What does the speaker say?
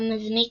המזמין